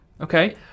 Okay